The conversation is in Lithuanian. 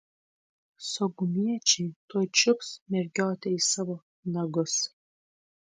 saugumiečiai tuoj čiups mergiotę į savo nagus